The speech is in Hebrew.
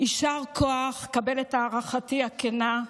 יישר כוח, קבל את הערכתי הכנה.